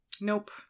nope